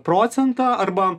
procentą arba